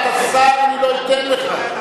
אתה שר, אני לא אתן לך.